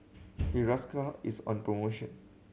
Hiruscar is on promotion